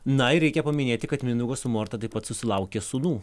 na ir reikia paminėti kad mindaugas su morta taip pat susilaukė sūnų